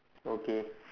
okay